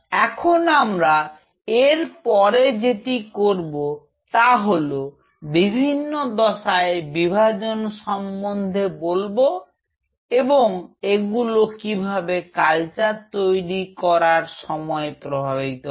এখন আমরা এর পরে যেটি করব তা হল বিভিন্ন দশায় বিভাজন সম্বন্ধে বলবো এবং এগুলো কিভাবে কালচার তৈরীর সময় প্রভাবিত হয়